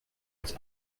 uns